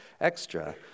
extra